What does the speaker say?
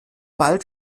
bald